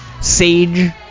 sage